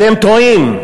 אתם טועים.